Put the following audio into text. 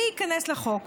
מי ייכנס לחוק.